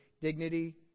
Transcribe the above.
dignity